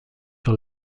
sur